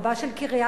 רבה של קריית-ארבע,